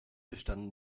bestanden